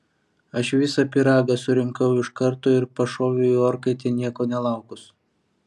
aš visą pyragą surinkau iš karto ir pašoviau į orkaitę nieko nelaukus